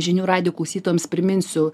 žinių radijo klausytojams priminsiu